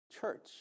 church